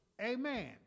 Amen